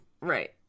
Right